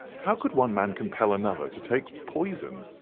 how could one man compel another to take poison?